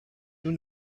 nous